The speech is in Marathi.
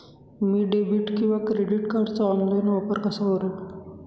मी डेबिट किंवा क्रेडिट कार्डचा ऑनलाइन वापर कसा करु?